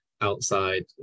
outside